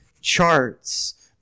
charts